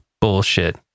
bullshit